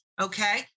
okay